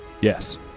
Yes